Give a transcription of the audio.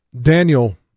Daniel